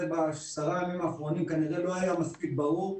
בעשרה ימים האחרונים כנראה לא היה מספיק ברור,